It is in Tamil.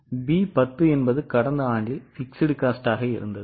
B 10 என்பது கடந்த ஆண்டு நிலையான செலவு ஆக இருந்தது